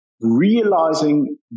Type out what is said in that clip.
realizing